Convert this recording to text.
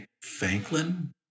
Franklin